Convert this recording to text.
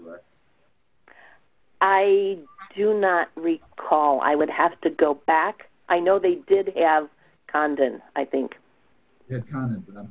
right i do not recall i would have to go back i know they did have condon i think